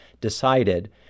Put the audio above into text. decided